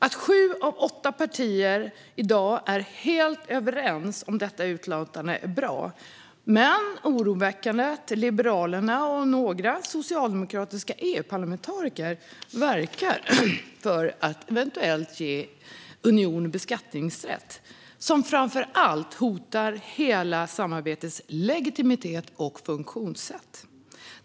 Att sju av åtta partier i dag är helt överens om detta utlåtande är bra. Men det är oroväckande att Liberalerna och några socialdemokratiska EU-parlamentariker verkar för att eventuellt ge unionen beskattningsrätt. Det hotar framför allt hela samarbetets legitimitet och funktionssätt.